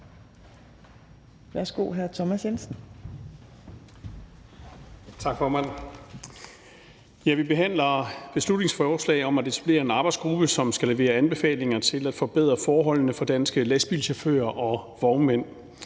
Vi behandler et beslutningsforslag om at etablere en arbejdsgruppe, som skal levere anbefalinger til at forbedre forholdene for danske lastbilchauffører og vognmænd.